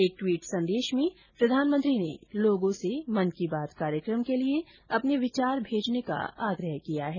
एक ट्वीट संदेश में प्रधानमंत्री ने लोगों से मन की बात कार्यक्रम के लिए अपने विचार भेजने का आग्रह किया है